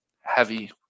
heavy